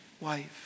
wife